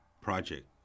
project